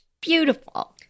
beautiful